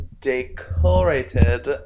decorated